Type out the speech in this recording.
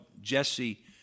Jesse